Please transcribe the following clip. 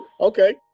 okay